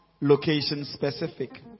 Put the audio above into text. location-specific